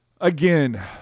Again